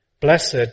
Blessed